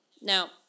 Now